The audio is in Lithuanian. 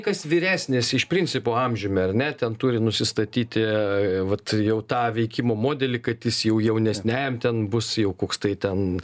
kas vyresnis iš principo amžiumi ar ne ten turi nusistatyti vat jau tą veikimo modelį kad jis jau jaunesniajam ten bus jau koks tai ten